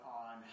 on